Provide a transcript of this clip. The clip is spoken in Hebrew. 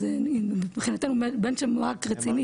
זה מבחינתם --- רציני.